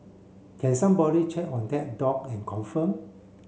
can somebody check on that dog and confirm